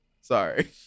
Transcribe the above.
Sorry